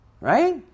Right